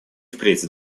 впредь